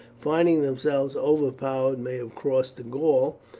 finding themselves overpowered, may have crossed to gaul,